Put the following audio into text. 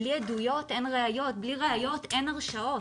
בלי עדויות אין ראיות ובלי ראיות אין הרשעות.